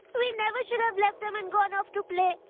we never should have left them and gone off to play.